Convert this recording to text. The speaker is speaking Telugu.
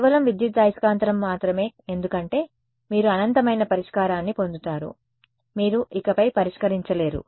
కేవలం విద్యుదయస్కాంతం మాత్రమే ఎందుకంటే మీరు అనంతమైన పరిష్కారాన్ని పొందుతారు మీరు ఇకపై పరిష్కరించలేరు